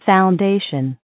Foundation